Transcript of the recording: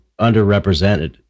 underrepresented